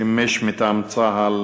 שימש מטעם צה"ל